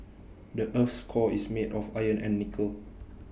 the Earth's core is made of iron and nickel